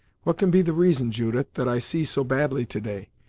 what can be the reason, judith, that i see so badly, to-day?